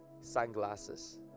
sunglasses